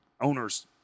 owners